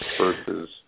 versus